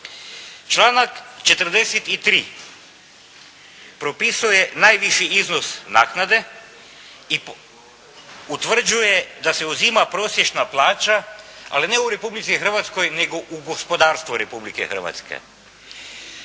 Članak 43. propisuje najviši iznos naknade i utvrđuje da se uzima prosječna plaća ali ne u Republici Hrvatskoj nego u gospodarstvu Republike Hrvatske.